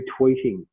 retweeting